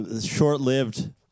short-lived